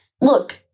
Look